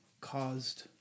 caused